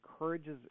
encourages